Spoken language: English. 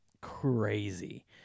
crazy